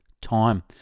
Time